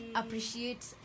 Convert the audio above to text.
appreciate